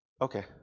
Okay